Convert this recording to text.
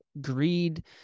greed